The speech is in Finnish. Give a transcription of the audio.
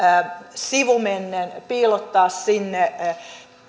sivumennen piilottaa sinne